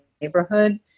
neighborhood